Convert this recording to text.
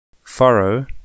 Furrow